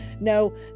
no